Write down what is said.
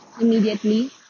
immediately